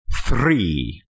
three